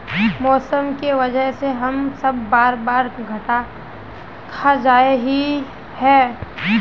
मौसम के वजह से हम सब बार बार घटा खा जाए हीये?